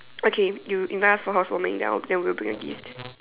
okay you you invite us for housewarming then I'll we'll bring you gift